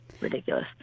Ridiculous